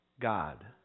God